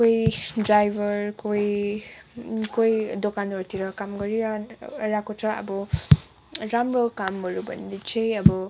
कोही ड्राइभर कोही कोही दोकानहरूतिर काम गरि रहेको छ अब राम्रो कामहरू भन्ने चाहिँ अब